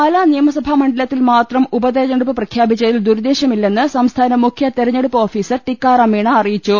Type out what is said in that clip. പാലാ നിയമസഭാ മണ്ഡ്ലത്തിൽ മാത്രം ഉപ തെരഞ്ഞെടുപ്പ് പ്രഖ്യാപിച്ചതിൽ ദുരുദ്ദേശമില്ലെന്ന് സംസ്ഥാന മുഖ്യ തെരഞ്ഞെടുപ്പ് ഓഫീസർ ടിക്കാറാം മീണ അറിയിച്ചു